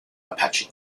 apache